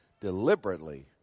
deliberately